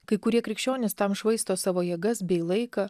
kai kurie krikščionys tam švaisto savo jėgas bei laiką